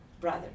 brother